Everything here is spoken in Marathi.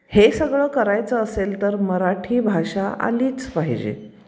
हे सगळं करायचं असेल तर मराठी भाषा आलीच पाहिजे